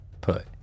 Put